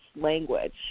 language